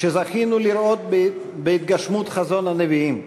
שזכינו לראות בהתגשמות חזון הנביאים: